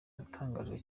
natangajwe